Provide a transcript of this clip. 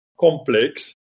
complex